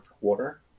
quarter